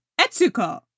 Etsuko